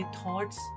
thoughts